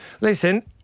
Listen